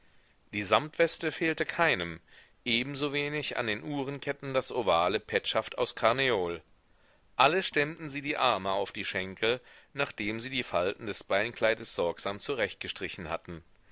die samtweste fehlte keinem ebensowenig an den uhrketten das ovale petschaft aus karneol alle stemmten sie die arme auf die schenkel nachdem sie die falten des beinkleides sorgsam zurechtgestrichen hatten